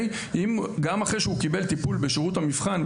אם גם אחרי שהוא קיבל טיפול בשירות המבחן,